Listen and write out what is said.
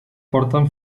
porten